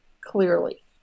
clearly